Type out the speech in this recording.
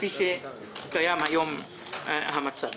כפי שקיים כיום המצב.